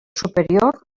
superior